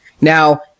Now